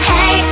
Hey